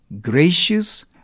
gracious